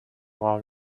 while